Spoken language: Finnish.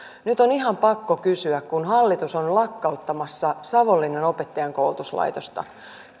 nyt on ihan pakko kysyä kun hallitus on lakkauttamassa savonlinnan opettajankoulutuslaitosta